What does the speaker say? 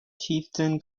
chieftain